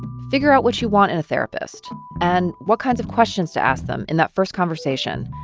figure out what you want in a therapist and what kinds of questions to ask them in that first conversation.